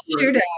shootout